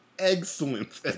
Excellent